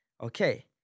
Okay